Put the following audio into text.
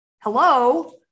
hello